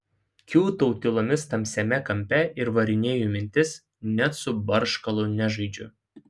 kiūtau tylomis tamsiausiame kampe ir varinėju mintis net su barškalu nežaidžiu